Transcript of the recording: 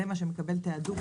זה מה שמקבל תעדוף.